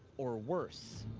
or worse.